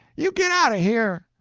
you get out of here!